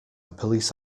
police